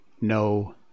no